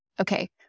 okay